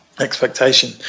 expectation